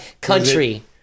country